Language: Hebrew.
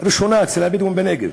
ראשונה אצל הבדואים בנגב.